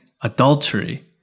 adultery